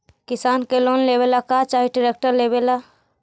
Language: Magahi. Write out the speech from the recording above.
किसान के लोन लेबे ला का चाही ट्रैक्टर लेबे ला?